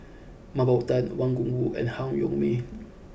Mah Bow Tan Wang Gungwu and Han Yong May